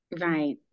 right